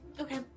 Okay